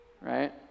right